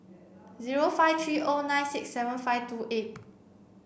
zero five three O nine six seven five two eight